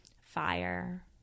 fire